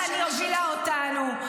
לאן היא הובילה אותנו,